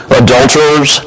adulterers